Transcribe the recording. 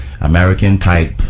American-type